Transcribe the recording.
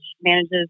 manages